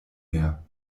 mehr